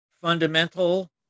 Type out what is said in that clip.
fundamental